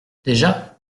déjà